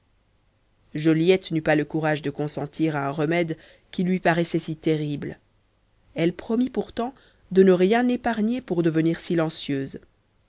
joliette n'eut pas le courage de consentir à un remède qui lui paraissait si terrible elle promit pourtant de ne rien épargner pour devenir silencieuse